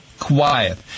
Quiet